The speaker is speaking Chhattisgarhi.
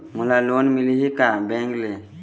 मोला लोन मिलही का बैंक ले?